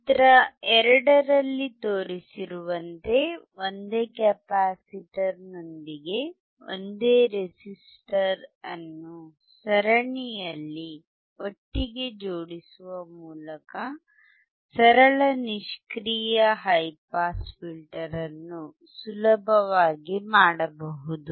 ಚಿತ್ರ 2 ರಲ್ಲಿ ತೋರಿಸಿರುವಂತೆ ಒಂದೇ ಕೆಪಾಸಿಟರ್ನೊಂದಿಗೆ ಒಂದೇ ರೆಸಿಸ್ಟರ್ ಅನ್ನು ಸರಣಿಯಲ್ಲಿ ಒಟ್ಟಿಗೆ ಜೋಡಿಸುವ ಮೂಲಕ ಸರಳ ನಿಷ್ಕ್ರಿಯ ಹೈ ಪಾಸ್ ಫಿಲ್ಟರ್ ಅನ್ನು ಸುಲಭವಾಗಿ ಮಾಡಬಹುದು